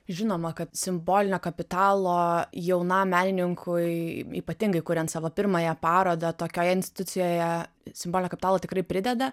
žinoma kad simbolinio kapitalo jaunam menininkui ypatingai kuriant savo pirmąją parodą tokioje institucijoje simbolinio kapitalo tikrai prideda